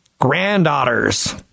Granddaughters